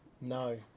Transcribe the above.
No